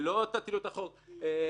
ולא תטילו את החוב רטרואקטיבית.